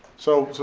so,